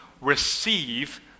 Receive